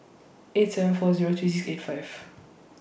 eight seven four Zero three six eight five